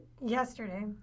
yesterday